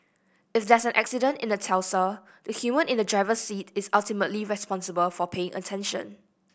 if there's an accident in a Tesla the human in the driver's seat is ultimately responsible for paying attention